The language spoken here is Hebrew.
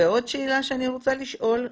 עוד שאלה שאני רוצה לשאול.